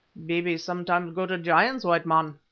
babies sometimes grow to giants, white man,